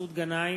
מסעוד גנאים,